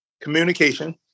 communication